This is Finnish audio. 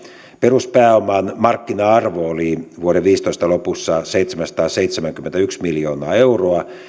peruspääoman markkina arvo oli vuoden viisitoista lopussa seitsemänsataaseitsemänkymmentäyksi miljoonaa euroa